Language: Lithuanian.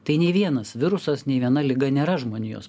tai nei vienas virusas nei viena liga nėra žmonijos